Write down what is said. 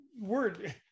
word